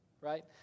Right